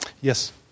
Yes